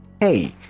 hey